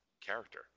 character